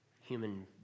human